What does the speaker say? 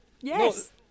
Yes